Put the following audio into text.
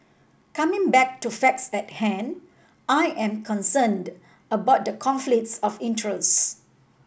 coming back to facts at hand I am concerned about the conflicts of interest